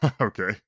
okay